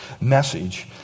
message